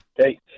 Okay